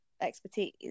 expertise